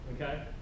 okay